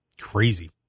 crazy